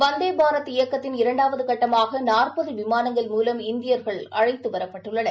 வந்தே பாரத் இயக்கத்தின இரண்டாவது கட்டமாக நாற்பது விமானங்கள் மூவம் இந்தியர்கள் அழைத்து வரப்பட்டனர்